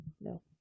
no